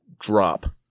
drop